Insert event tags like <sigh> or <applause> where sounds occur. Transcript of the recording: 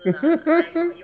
<laughs>